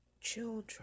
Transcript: children